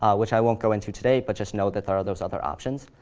ah which i won't go into today, but just know that there are those other options.